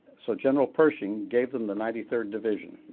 so general pershing gave him the ninety third division,